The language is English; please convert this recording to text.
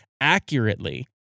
accurately